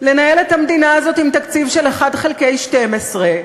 לנהל את המדינה הזאת עם תקציב של 1 חלקי 12,